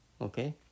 Okay